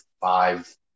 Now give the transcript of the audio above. five